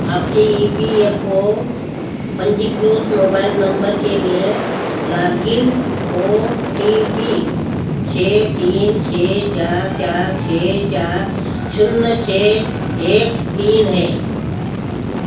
आपके E P F O पंजीकृत mobile number के लिए लॉगगिन ओ टी पी छ तीन छ चार चार छ चार शून्य छ एक तीन है